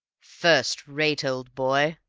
first-rate, old boy!